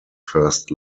first